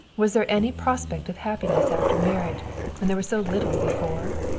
was there any prospect of happiness after marriage when there was so little before?